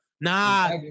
Nah